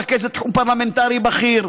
רכזת תחום פרלמנטרי בכיר,